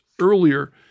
earlier